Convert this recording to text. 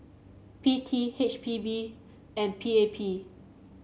P T H P B and P A P